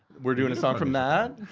we're doing a song from that.